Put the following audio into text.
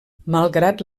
malgrat